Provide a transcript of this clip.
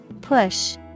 Push